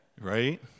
right